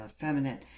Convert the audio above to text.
feminine